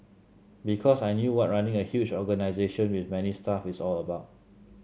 because I knew what running a huge organisation with many staff is all about